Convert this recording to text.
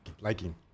liking